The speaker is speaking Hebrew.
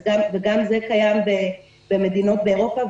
וגם זה קיים במדינות באירופה.